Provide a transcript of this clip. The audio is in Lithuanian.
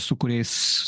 su kuriais